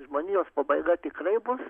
žmonijos pabaiga tikrai bus